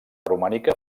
romànica